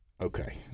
okay